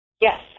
Yes